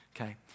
okay